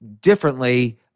differently